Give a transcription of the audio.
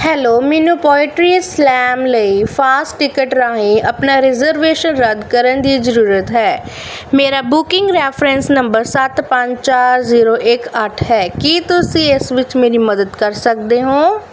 hello ਮੈਨੂੰ poetry slam ਲਈ fast ticket ਰਾਹੀਂ ਆਪਣਾ ਰਿਜ਼ਰਵੇਸ਼ਨ ਰੱਦ ਕਰਨ ਦੀ ਜ਼ਰੂਰਤ ਹੈ ਮੇਰਾ ਬੁਕਿੰਗ ਰੈਫਰੈਂਸ ਨੰਬਰ ਸੱਤ ਪੰਜ ਚਾਰ ਜ਼ੀਰੋ ਇੱਕ ਅੱਠ ਹੈ ਕੀ ਤੁਸੀਂ ਇਸ ਵਿੱਚ ਮੇਰੀ ਮਦਦ ਕਰ ਸਕਦੇ ਹੋ